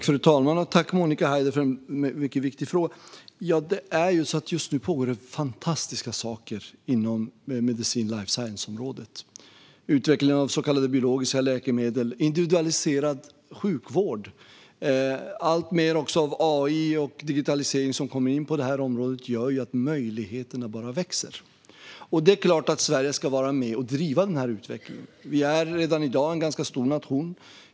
Fru talman! Tack, Monica Haider, för en mycket viktig fråga! Ja, just nu pågår det fantastiska saker inom medicin och life science-området. Det handlar om utvecklingen av så kallade biologiska läkemedel och individualiserad sjukvård. Det är också alltmer av AI och digitalisering som kommer in på detta område. Det gör att möjligheterna växer. Det är klart att Sverige ska vara med och driva denna utveckling. Vi är redan i dag en ganska stor nation.